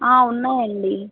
ఉన్నాయండి